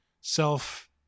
self